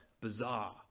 bizarre